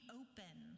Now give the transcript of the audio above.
open